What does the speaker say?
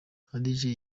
hadji